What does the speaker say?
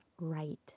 right